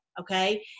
okay